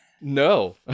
No